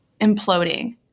imploding